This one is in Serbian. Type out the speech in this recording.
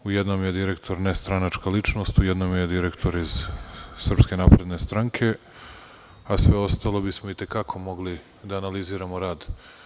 U jednom je direktor nestranačka ličnost, u jednom je direktor iz SNS, a sve ostalo bismo i te kako mogli da analiziramo rad.